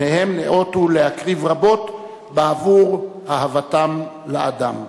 שניהם ניאותו להקריב רבות בעבור אהבתם לאדם.